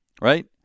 Right